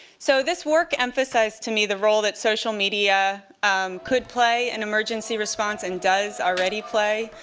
so this work emphasized to me the role that social media could play in emergency response, and does already play,